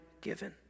given